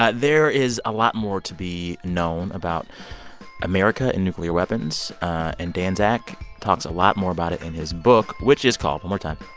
ah there is a lot more to be known about america and nuclear weapons. and dan zak talks a lot more about it in his book, which is called one but more time.